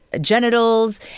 genitals